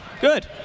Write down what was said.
Good